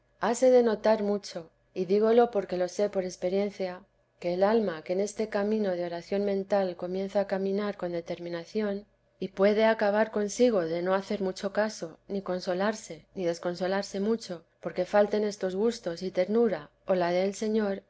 de notar mucho y dígolo porque lo sé por experiencia que el alma que en este camino de oración mental comienza a caminar con determinación y puede acabar consigo de no hacer mucho caso ni consolarse ni desconsolarse mucho porque falten estos gustos y ternura o la dé el señor